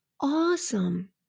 Awesome